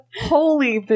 Holy